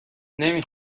نمی